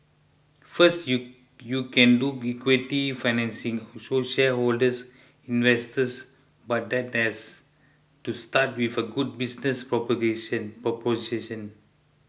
first you you can do equity financing so shareholders investors but that has to start with a good business proposition